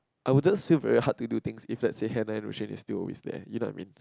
I was just still very hard to do things if let's say is still always there you know what I mean